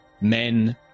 Men